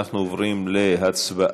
אנחנו עוברים להצבעה